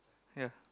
ya